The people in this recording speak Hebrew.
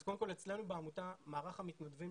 אז קודם כל אצלנו בעמותה מערך המתנדבים